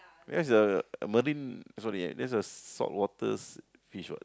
that's a a marine sorry that's the saltwater s~ fish s~ what